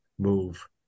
move